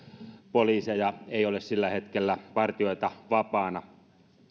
ole sillä hetkellä vapaana